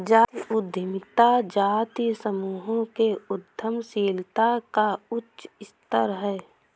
जातीय उद्यमिता जातीय समूहों के उद्यमशीलता का उच्च स्तर है